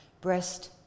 Breast